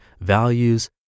values